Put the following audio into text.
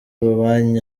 amabanki